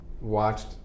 watched